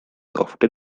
often